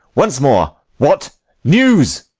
once more, what news?